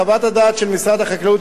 חוות הדעת של משרד החקלאות,